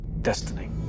Destiny